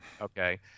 Okay